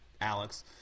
Alex